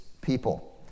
people